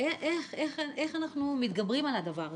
איך אנחנו מתגברים על הדבר הזה?